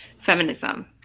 Feminism